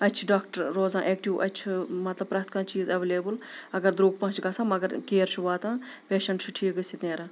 اَتہِ چھِ ڈاکٹر روزَان ایکٹِو اَتہِ چھُ مطلب پرٛتھ کانٛہہ چیٖز ایویلیبٕل اگر درٛوگ پَہَن چھِ گژھن مگر کیر چھُ واتان پیشَنٛٹ چھُ ٹھیٖک گٔژھِتھ نیران